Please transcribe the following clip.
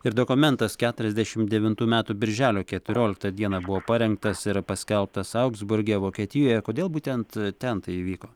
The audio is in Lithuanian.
ir dokumentas keturiasdešim devintų metų birželio keturioliktą dieną buvo parengtas ir paskelbtas augsburge vokietijoje kodėl būtent ten tai įvyko